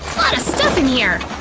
lotta stuff in here!